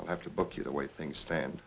i have to book you the way things stand